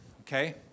Okay